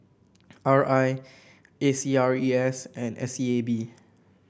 R I A C R E S and S E A B